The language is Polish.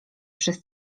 przez